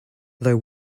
though